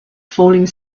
falling